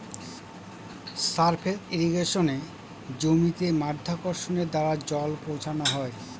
surface ইর্রিগেশনে জমিতে মাধ্যাকর্ষণের দ্বারা জল পৌঁছানো হয়